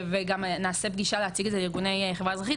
וגם נעשה פגישה להציג את זה לארגוני חברה אזרחית.